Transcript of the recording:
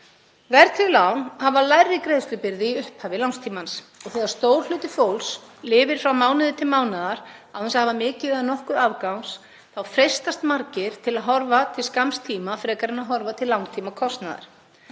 Verðtryggð lán hafa lægri greiðslubyrði í upphafi lánstímans og þegar stór hluti fólks lifir frá mánuði til mánaðar án þess að hafa mikið eða nokkuð afgangs þá freistast margir til að horfa til skamms tíma frekar en að horfa til langtímakostnaðar,